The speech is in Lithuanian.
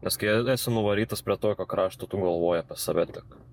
nes kai esi nuvarytas prie tokio krašto tu galvoji apie save tik